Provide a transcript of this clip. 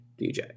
DJ